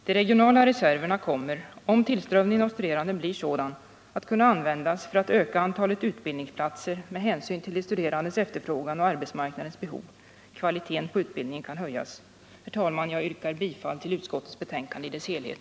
De regionala reserverna kommer — om tillströmningen av stude 7 rande blir sådan — att kunna användas för att öka antalet utbildningsplatser med hänsyn till de studerandes efterfrågan och arbetsmarknadens behov. Kvaliteten på utbildningen kan höjas. Herr talman! Jag yrkar bifall till utskottets hemställan i dess helhet.